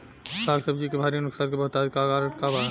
साग सब्जी के भारी नुकसान के बहुतायत कारण का बा?